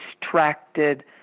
distracted